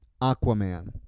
Aquaman